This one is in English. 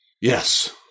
Yes